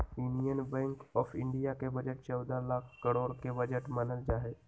union Bank of India के budget चौदह लाख करोड के बजट मानल जाहई